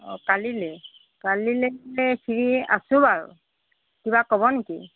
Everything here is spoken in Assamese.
অঁ কালিলৈ কালিলৈ ফ্ৰী আছোঁ বাৰু কিবা ক'ব নেকি